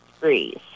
degrees